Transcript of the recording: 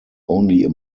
only